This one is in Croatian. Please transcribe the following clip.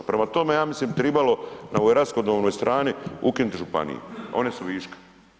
Prema tome, ja mislim tribalo na ovoj rashodovnoj strani ukinuti županije one su viška.